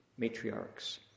matriarchs